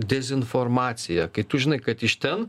dezinformaciją kai tu žinai kad iš ten